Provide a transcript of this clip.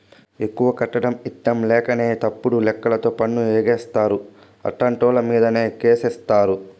ఎక్కువ కట్టడం ఇట్టంలేకనే తప్పుడు లెక్కలతో పన్ను ఎగేస్తారు, అట్టాంటోళ్ళమీదే కేసేత్తారు